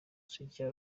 sitya